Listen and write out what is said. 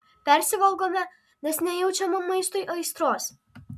persivalgome nes nejaučiame maistui aistros